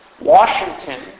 Washington